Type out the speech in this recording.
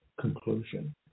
conclusion